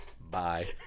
Bye